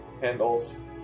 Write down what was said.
Handles